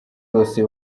yose